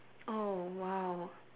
oh !wow!